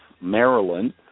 Maryland